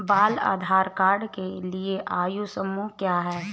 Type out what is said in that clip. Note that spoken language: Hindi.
बाल आधार कार्ड के लिए आयु समूह क्या है?